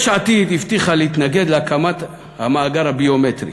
יש עתיד הבטיחה להתנגד להקמת המאגר הביומטרי.